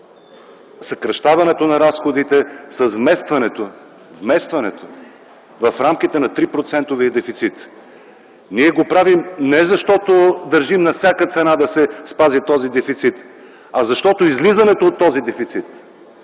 съкращаването на разходите с вместването в рамките на 3-процентовия дефицит. Ние го правим не защото държим на всяка цена да се спази този дефицит, а защото излизането от този дефицит,